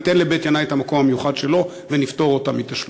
וניתן לבית-ינאי את המקום המיוחד שלו ונפטור אותם מתשלום?